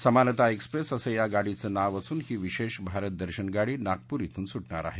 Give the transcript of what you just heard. समानता एक्सप्रेंस असं या गाडीचं नाव असून ही विशेष भारत दर्शन गाडी नागपूर ध्वून सुटणार आहे